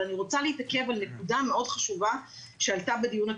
אני רוצה להתעכב על נקודה מאוד חשובה שעלתה בדיון הקודם.